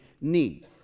need